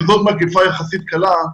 וזאת מגפה יחסית קלה,